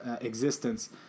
existence